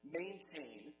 maintain